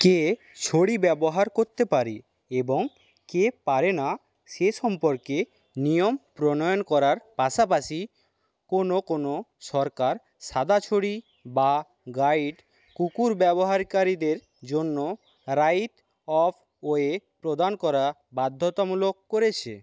কে ছড়ি ব্যবহার করতে পারে এবং কে পারে না সে সম্পর্কে নিয়ম প্রণয়ন করার পাশাপাশি কোনও কোনও সরকার সাদা ছড়ি বা গাইড কুকুর ব্যবহারকারীদের জন্য রাইট অফ ওয়ে প্রদান করা বাধ্যতামূলক করেছে